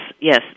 yes